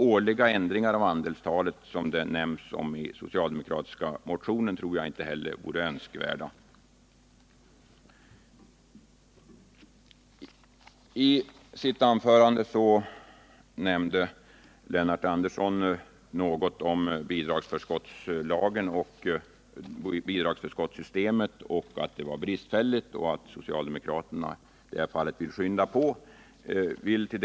Årliga ändringar av andelstalet i enlighet med vad som föreslagits i den socialdemokratiska motionen tror jag inte heller vore önskvärda. Lennart Andersson berörde i sitt anförande bidragsförskottslagen. Han framhöll att bidragsförskottssystemet var bristfälligt och att socialdemokraterna vill skynda på arbetet med att åstadkomma en lösning av problemen på detta område.